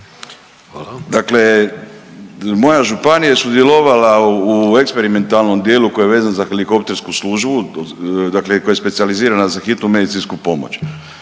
Dakle moja županija je sudjelovala u eksperimentalnom dijelu koji je vezan za Helikoptersku službu dakle koja je specijalizirana za Hitnu medicinsku pomoć.